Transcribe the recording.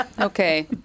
Okay